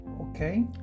Okay